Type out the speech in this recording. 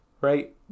right